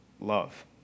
love